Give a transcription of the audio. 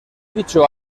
dicho